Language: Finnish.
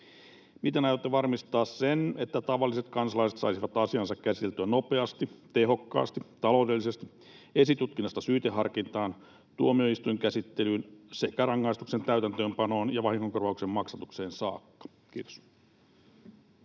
Miten aiotte varmistaa sen, että tavalliset kansalaiset saisivat asiansa käsiteltyä nopeasti, tehokkaasti, taloudellisesti esitutkinnasta syyteharkintaan, tuomioistuinkäsittelyyn sekä rangaistuksen täytäntöönpanoon ja vahingonkorvauksen maksatukseen saakka? — Kiitos.